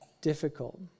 difficult